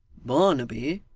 barnaby,